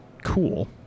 cool